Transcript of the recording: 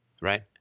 right